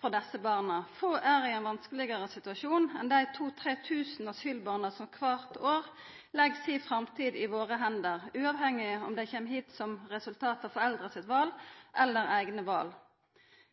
for desse barna. Få er i ein vanskelegare situasjon enn dei 2 000–3 000 asylbarna som kvart år legg si framtid i våre hender, uavhengig av om dei kjem hit som eit resultat av foreldra sitt val eller eigne val.